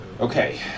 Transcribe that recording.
Okay